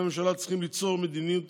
משרדי הממשלה צריכים ליצור מדיניות